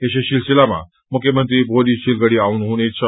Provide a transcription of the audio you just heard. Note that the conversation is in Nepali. यसै सिसिलामा मुख्य मंत्री भोलि सिलगढ़ी आउनुहुनेछ